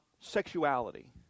sexuality